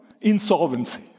insolvency